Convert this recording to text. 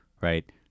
right